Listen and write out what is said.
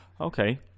Okay